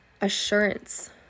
assurance